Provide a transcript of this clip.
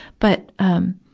but, um,